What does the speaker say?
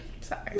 Sorry